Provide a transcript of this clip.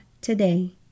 today